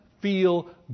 feel